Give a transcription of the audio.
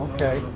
Okay